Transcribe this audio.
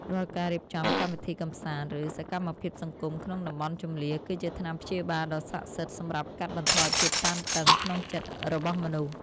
រាល់ការរៀបចំកម្មវិធីកម្សាន្ត ឬសកម្មភាពសង្គមក្នុងតំបន់ជម្លៀស គឺជាថ្នាំព្យាបាលដ៏ស័ក្តិសិទ្ធិសម្រាប់កាត់បន្ថយភាពតានតឹងក្នុងចិត្តរបស់មនុស្ស។